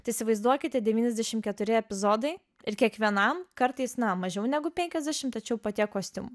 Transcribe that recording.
tai įsivaizduokite devyniasdešimt keturi epizodai ir kiekvienam kartais na mažiau negu penkiasdešim tačiau kostiumų